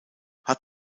hat